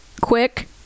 quick